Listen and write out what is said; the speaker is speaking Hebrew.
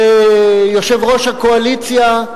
יושב-ראש הקואליציה,